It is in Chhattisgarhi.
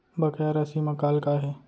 बकाया राशि मा कॉल का हे?